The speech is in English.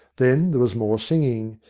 then there was more singing,